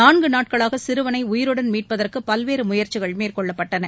நான்கு நாட்களாக சிறுவனை உயிருடன் மீட்பதற்கு பல்வேறு முயற்சிகள் மேற்கொள்ளப்பட்டன